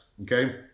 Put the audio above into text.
okay